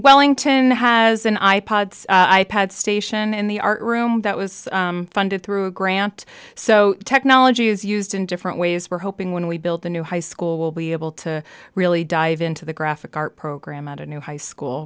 wellington has an i pod i pad station and the art room that was funded through a grant so technology is used in different ways we're hoping when we build the new high school will be able to really dive into the graphic art program out a new high school